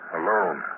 alone